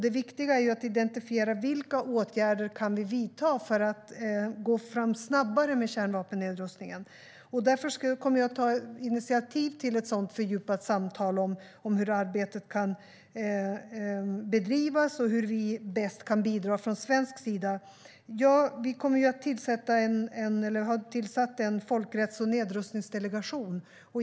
Det viktiga är att identifiera vilka åtgärder vi kan vidta för att gå snabbare fram med kärnvapennedrustningen. Jag kommer därför att ta initiativ till ett fördjupat samtal om hur arbetet kan bedrivas och om hur vi bäst kan bidra från svensk sida. Vi har tillsatt en folkrätts och nedrustningsdelegation.